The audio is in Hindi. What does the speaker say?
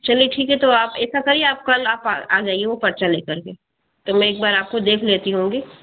चलिए ठीक है तो आप ऐसा करिए आप कल आप आ जाइए वो पर्चा ले कर के तो मैं एक बार आपको देख लेती होंगी